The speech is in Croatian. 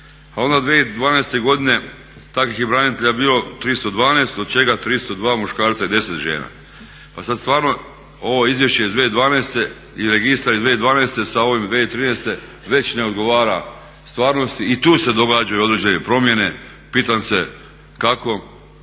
A onda 2012. godine takvih je branitelja bilo 312, od čega 302 muškarca i 10 žena. Pa sad stvarno ovo Izvješće iz 2012. i Registar iz 2012. sa ovim 2013. već ne odgovara stvarnosti i tu se događaju određene promjene. Pitam se kako